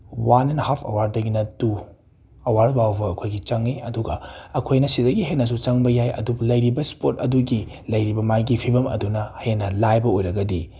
one and half ꯑꯋꯥꯔꯗꯒꯤꯅ two hour ꯐꯥꯎꯕ ꯑꯩꯈꯣꯏꯒꯤ ꯆꯪꯉꯤ ꯑꯗꯨꯒ ꯑꯩꯈꯣꯏꯅ ꯁꯤꯗꯒꯤ ꯍꯦꯟꯅꯁꯨ ꯆꯪꯕ ꯌꯥꯏ ꯑꯗꯨꯕꯨ ꯂꯩꯔꯤꯕ ꯁ꯭ꯄꯣꯠ ꯑꯗꯨꯒꯤ ꯂꯩꯔꯤꯕ ꯃꯥꯒꯤ ꯐꯤꯕꯝ ꯑꯗꯨꯅ ꯍꯦꯟꯅ ꯂꯥꯏꯕ ꯑꯣꯏꯔꯒꯗꯤ